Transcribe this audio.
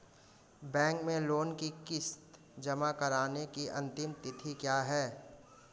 Bank में loan की किश्त जमा कराने की अंतिम तिथि क्या है?